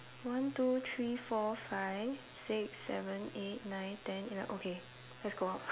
one two three four five six seven eight nine ten eleven okay let's go out